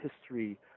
history